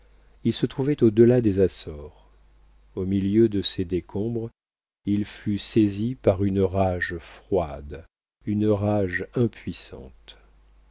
il se trouvait au delà des açores au milieu de ces décombres il fut saisi par une rage froide une rage impuissante